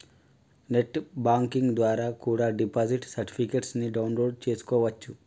net banking ద్వారా కూడా deposit certificates ని డౌన్ లోడ్ చేస్కోవచ్చు